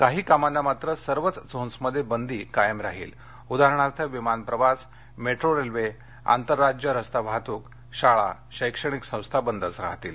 काही कामांना मात्र सर्वच झोन्समध्ये बंदी कायम राहील उदाहरणार्थ विमान प्रवास मेट्रो रेल्वे आंतरराज्य रस्ता वाहतूक शाळा शैक्षणिक संस्था बंदच राहतील